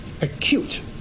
acute